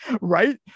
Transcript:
Right